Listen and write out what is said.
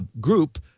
group